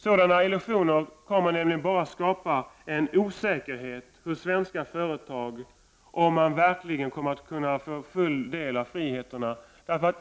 Sådana illusioner kommer bara att skapa en osäkerhet för svenska företag huruvida de verkligen kan få full del av friheterna.